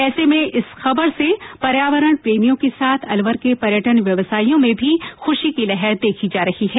ऐसे में इस खबर से पर्यावरण प्रेमियों के साथ अलवर के पर्यटन व्यवसाइयों में भी खुशी की लहर देखी जा रही है